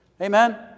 Amen